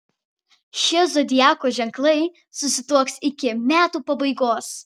šie zodiako ženklai susituoks iki metų pabaigos